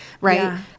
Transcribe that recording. right